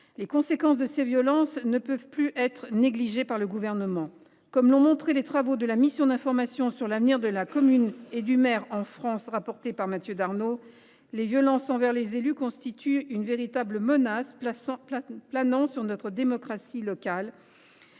Les conséquences de ces violences ne peuvent plus être négligées par le Gouvernement. Comme l’ont montré les travaux de la mission d’information sur l’avenir de la commune et du maire en France, dont Mathieu Darnaud a été le rapporteur, les violences envers les élus constituent une véritable menace pour notre démocratie locale